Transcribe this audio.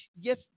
Yes